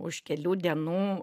už kelių dienų